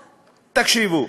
תקשיבו.